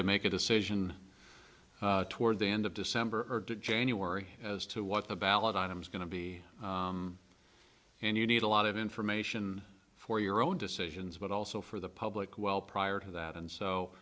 to make a decision toward the end of december or january as to what the ballot item is going to be and you need a lot of information for your own decisions but also for the public well prior to that and so